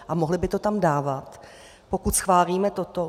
A mohli by to tam dávat, pokud schválíme toto.